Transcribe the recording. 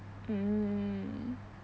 mm